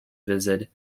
visited